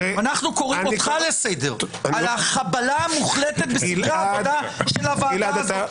אנחנו קוראים אותך לסדר על החבלה המוחלטת בסדרי העבודה של הוועדה הזאת.